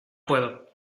puedo